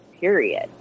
period